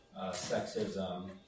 sexism